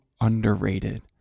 underrated